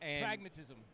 Pragmatism